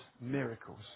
miracles